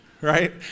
right